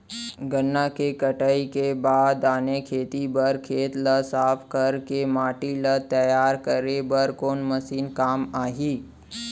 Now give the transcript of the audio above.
गन्ना के कटाई के बाद आने खेती बर खेत ला साफ कर के माटी ला तैयार करे बर कोन मशीन काम आही?